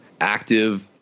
Active